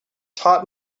taught